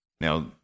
Now